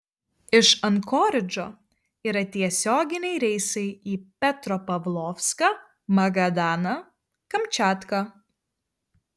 iš ankoridžo yra tiesioginiai reisai į petropavlovską magadaną kamčiatką